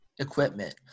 equipment